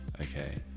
okay